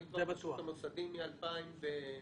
אני בשוק המוסדי מ-2002.